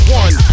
one